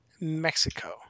Mexico